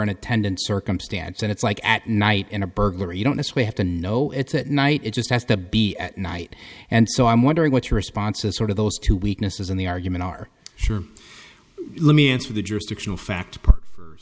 an attendant circumstance and it's like at night in a burglary you don't us we have to know it's at night it just has to be at night and so i'm wondering what your response is sort of those two weaknesses in the argument are sure let me answer the jurisdictional fact